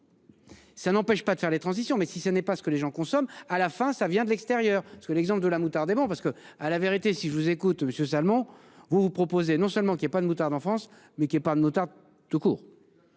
Ça n'empêche pas de faire les transitions mais si ce n'est pas ce que les gens consomment à la fin ça vient de l'extérieur parce que l'exemple de la moutarde et bon parce que à la vérité si je vous écoute monsieur. Vous vous proposez non seulement qu'il y ait pas de moutarde en France mais qui est pas. Tout court.